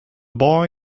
boy